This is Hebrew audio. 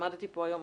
למדתי פה היום